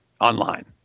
online